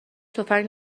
تفنگ